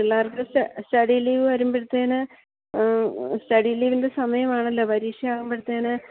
പിള്ളേർക്ക് study leave വരുമ്പഴ്ത്തേന് study ലീവിൻ്റെ സമയമാണല്ലോ പരീക്ഷയാകുമ്പോഴ്ത്തേന്